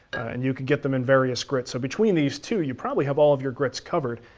and you can get them in various grits, so between these two you probably have all of your grits covered.